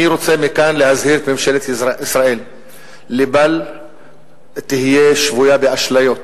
אני רוצה מכאן להזהיר את ממשלת ישראל לבל תהיה שבויה באשליות.